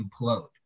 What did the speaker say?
implode